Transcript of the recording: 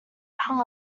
hung